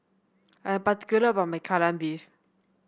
I'm particular about my Kai Lan Beef